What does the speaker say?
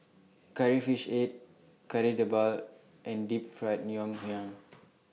Curry Fish Head Kari Debal and Deep Fried Ngoh Hiang